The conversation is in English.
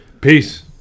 Peace